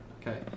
Okay